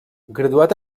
graduat